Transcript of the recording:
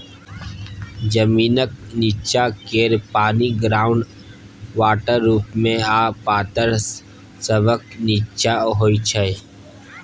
जमीनक नींच्चाँ केर पानि ग्राउंड वाटर रुप मे आ पाथर सभक नींच्चाँ होइ छै